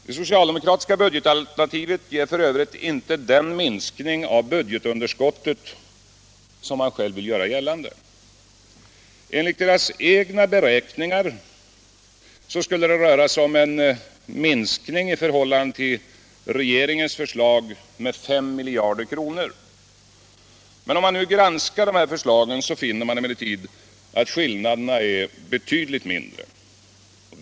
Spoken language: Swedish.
Det socialdemokratiska budgetalternativet ger f. ö. inte den minskning av budgetunderskottet som man själv vill göra gällande. Enligt socialdemokraternas egna beräkningar skulle det röra sig om en minskning i förhållande till regeringens förslag med 5 miljarder kronor. Granskar man förslagen närmare finner man emellertid att skillnaderna är betydligt mindre.